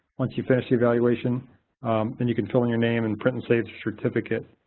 once you finish the evaluation then you can fill in your name and print and save the certificate.